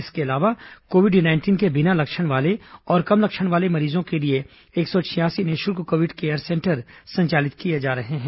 इसके अलावा covid nineteen के बिना लक्षण वाले और कम लक्षण वाले मरीजों के लिए एक सौ छियासी निःशुल्क कोविड केयर संचालित किए जा रहे हैं